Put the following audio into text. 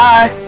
Bye